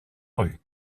rue